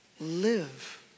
Live